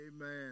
Amen